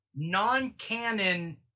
Non-canon